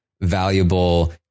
valuable